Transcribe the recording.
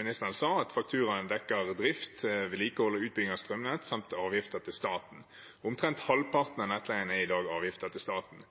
ministeren sa, at fakturaen dekker drift, vedlikehold og utbygging av strømnett samt avgifter til staten. Omtrent halvparten av nettleien er i dag avgifter til staten.